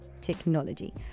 Technology